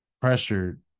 pressured